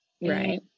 right